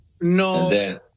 No